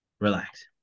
Relax